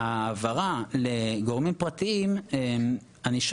אני שואל איזה פיקוח בעצם מתבצע בהעברת הכספים האלו?